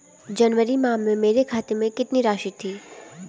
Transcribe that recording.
जनवरी माह में मेरे खाते में कितनी राशि थी?